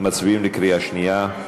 מצביעים בקריאה שנייה.